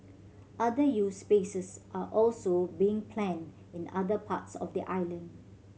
other youth spaces are also being planned in other parts of the island